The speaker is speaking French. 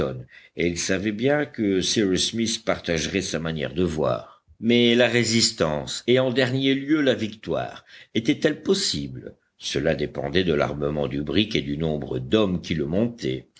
et il savait bien que cyrus smith partagerait sa manière de voir mais la résistance et en dernier lieu la victoire étaient-elles possibles cela dépendait de l'armement du brick et du nombre d'hommes qui le montaient